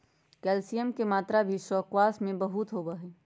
calcium के मात्रा भी स्क्वाश में बहुत होबा हई